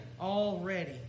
already